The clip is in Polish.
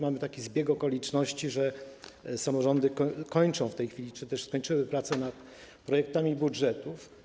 Zaistniał taki zbieg okoliczności, że samorządy kończą w tej chwili - czy też już skończyły - prace nad projektami budżetów.